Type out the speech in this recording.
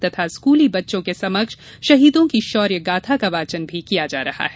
तथा स्कूली बच्चों के समक्ष शहीदों की शौर्य गाथा का वाचन किया जा रहा है